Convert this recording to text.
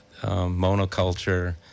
monoculture